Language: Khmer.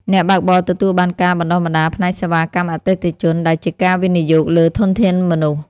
អ្នកបើកបរទទួលបានការបណ្ដុះបណ្ដាលផ្នែកសេវាកម្មអតិថិជន ដែលជាការវិនិយោគលើធនធានមនុស្ស។